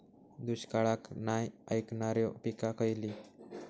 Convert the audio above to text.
दुष्काळाक नाय ऐकणार्यो पीका खयली?